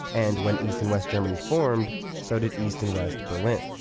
and when east and west germany formed, so did east and west berlin.